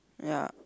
ya